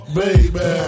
baby